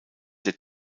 der